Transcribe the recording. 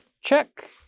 check